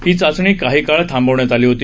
ही चाचणी काही काळ थांबवण्यात आली होती